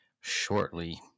shortly